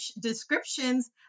descriptions